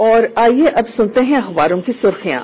और आईये अब सुनते हैं अखबारों की सुर्खियां